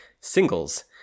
singles